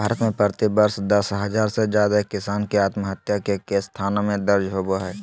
भारत में प्रति वर्ष दस हजार से जादे किसान के आत्महत्या के केस थाना में दर्ज होबो हई